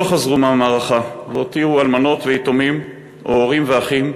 שלא חזרו מהמערכה והותירו אלמנות ויתומים או הורים ואחים.